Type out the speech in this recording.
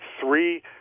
three